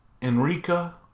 Enrica